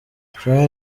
charly